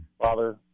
Father